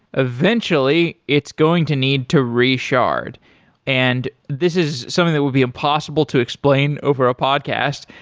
eventually it's going to need to reshard. and this is something that would be impossible to explain over a podcast,